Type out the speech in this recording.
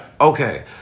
Okay